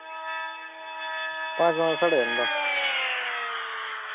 ᱯᱟᱸᱪ ᱵᱟᱡᱟ ᱥᱟᱰᱮᱭᱮᱱ ᱫᱚ